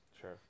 Sure